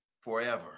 forever